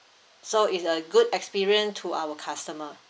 so it's a good experience to our customer